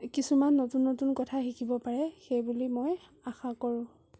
কিছুমান নতুন নতুন কথা শিকিব পাৰে সেইবুলি মই আশা কৰোঁ